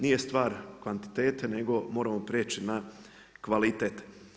Nije stvar kvantitete, nego moramo prijeći na kvalitet.